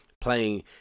playing